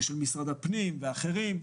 של משרד הפנים ואחרים.